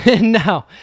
No